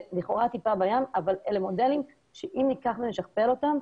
זה לכאורה טיפה בים אבל אלה מודלים שאם ניקח ונשכפל אותם,